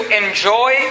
enjoy